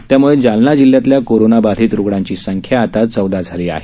त्यामुळं जालना जिल्ह्यातल्या कोरोना बाधित रुग्णांची संख्या आता चौदा झाली आहे